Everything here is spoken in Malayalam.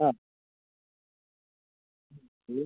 ആ